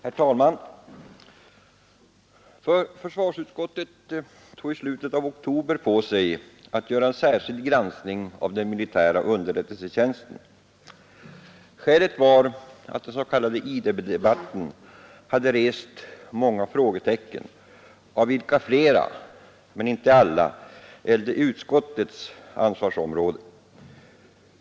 Herr talman! Försvarsutskottet tog i slutet av oktober på sig att göra en särskild granskning av den militära underrättelsetjänsten. Skälet var att den s.k. IB-debatten hade rest många frågetecken, av vilka flera — men inte alla — gällde utskottets ansvarsområde.